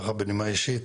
בנימה אישית,